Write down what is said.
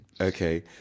okay